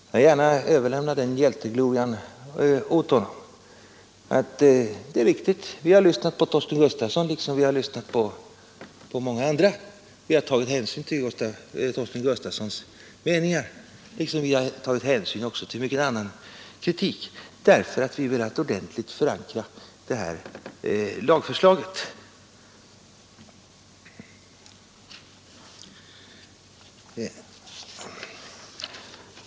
Jag vill gärna erkänna hans rätt till den hjälteglorian. Det är riktigt att vi har lyssnat på Torsten Gustafsson Nr 105 liksom vi har lyssnat på många andra. Vi har tagit hänsyn till Torsten Onsdagen den Gustafssons meningar liksom vi har tagit hänsyn också till mycket av 30 maj 1973 annan kritik, därför att vi velat ordentligt förankra detta lagförslag.